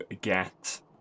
get